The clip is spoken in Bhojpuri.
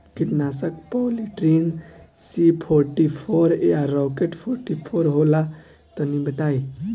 कीटनाशक पॉलीट्रिन सी फोर्टीफ़ोर या राकेट फोर्टीफोर होला तनि बताई?